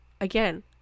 again